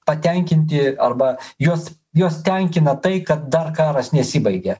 patenkinti arba juos juos tenkina tai kad dar karas nesibaigė